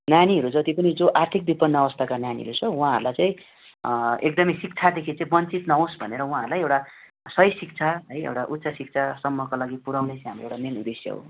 नानीहरू जति पनि जो आर्थिक विपन्न अवस्थाका नानीहरू छ उहाँहरूलाई चाहिँ एकदमै शिक्षादेखि चाहिँ वञ्चित नहोस् भनेर उहाँहरूलाई एउटा सही शिक्षा है एउटा उच्च शिक्षासम्मको लागि चाहिँ पुर्याउने चाहिँ हाम्रो एउटा मेन उद्देश्य हो